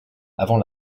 avant